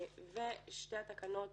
שתי התקנות